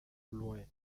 loin